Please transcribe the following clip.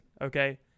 Okay